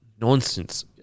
nonsense